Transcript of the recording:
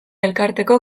elkarteko